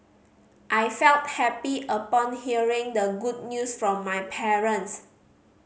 I felt happy upon hearing the good news from my parents